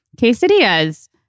quesadillas